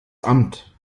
amt